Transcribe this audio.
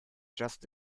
just